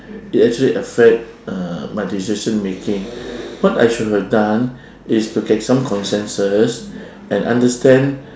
it actually affect uh my decision making what I should have done is to get some consensus and understand